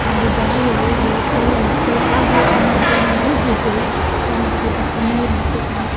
मूंखे ॿुधायो ॿियो कोई रस्तो आहे अने जो न हुजे त मूंखे तव्हां इन रूट तव्हां